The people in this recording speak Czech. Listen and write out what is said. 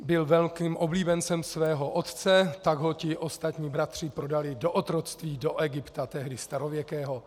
Byl velkým oblíbencem svého otce, tak ho ti ostatní bratři prodali do otroctví do Egypta, tehdy starověkého.